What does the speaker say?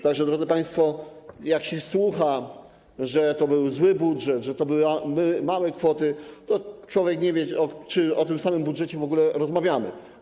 Tak że, proszę państwa, gdy się słucha, że to był zły budżet, że to były małe kwoty, to człowiek nie wie, czy o tym samym budżecie w ogóle rozmawiamy.